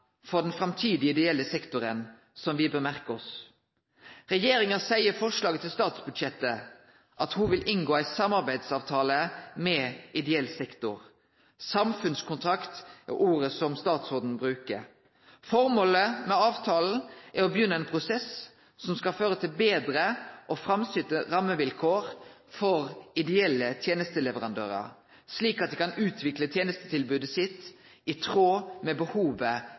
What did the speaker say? for den framtidige ideelle sektoren som me bør merke oss. Regjeringa seier i forslaget til statsbudsjettet at ho vil inngå ein samarbeidsavtale med ideell sektor. «Samfunnskontrakt» er ordet som statsråden brukar. Formålet med avtalen er å begynne ein prosess som skal føre til betre og framsynte rammevilkår for ideelle tenesteleverandørar, slik at dei kan utvikle tenestetilbodet sitt i tråd med